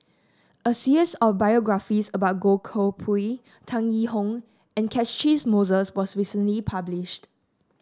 a series of biographies about Goh Koh Pui Tan Yee Hong and Catchick Moses was recently published